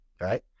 Right